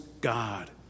God